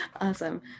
Awesome